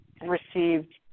received